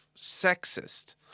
sexist